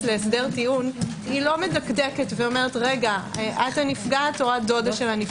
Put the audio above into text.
להסדר טיעון היא לא מדקדקת ואומרת: את הנפגעת או דודה שלה?